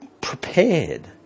prepared